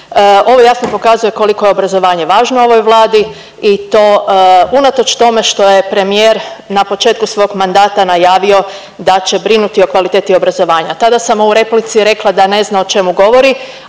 Ovo jasno pokazuje koliko je obrazovanje važno ovoj Vladi i to unatoč tome što je premijer na početku svog mandata najavio da će brinuti o kvaliteti obrazovanja. Tada sam mu u replici rekla da ne zna o čemu govori,